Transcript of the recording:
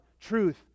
truth